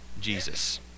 Jesus